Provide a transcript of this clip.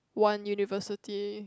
one university